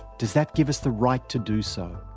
does that give us the right to do so?